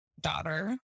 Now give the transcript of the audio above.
daughter